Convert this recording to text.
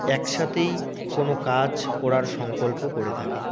একসাথেই কোনও কাজ করার সংকল্প করে থাকে